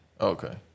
Okay